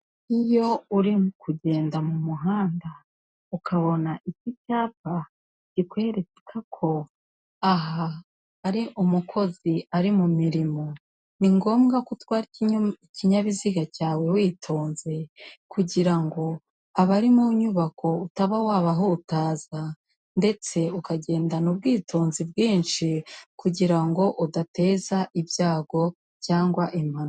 Iyo uri kugenda mu muhanda ukabona iki cyapa kikwereka ko aha ari umukozi ari mu mirimo, ni ngombwa ko utwara ikinyabiziga cyawe witonze, kugira ngo abari mu nyubako utaba wabahutaza, ndetse ukagendana ubwitonzi bwinshi, kugira ngo udateza ibyago cyangwa impanuka.